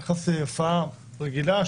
כשאתה נכנס להופעה רגילה,